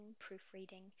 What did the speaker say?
proofreading